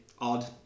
odd